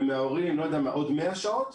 ומההורים עוד 100 שעות,